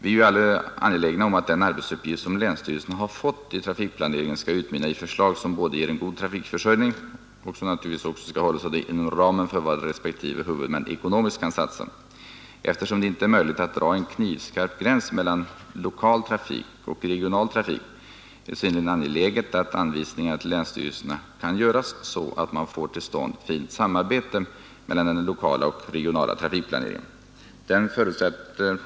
Vi är ju alla angelägna om att den arbetsuppgift, som länsstyrelserna har fått i trafikplaneringen, skall utmynna i ett förslag som både ger en god trafikförsörjning och naturligtvis också håller sig inom ramen för vad respektive huvudmän ekonomiskt kan satsa. Eftersom det inte är möjligt att dra en knivskarp gräns mellan lokal trafik och regional trafik, är det synnerligen angeläget att anvisningarna till länsstyrelserna kan göras så att man får till stånd ett fint samarbete mellan den lokala och regionala trafikplaneringen.